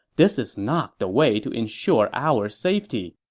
this is not the way to ensure our safety.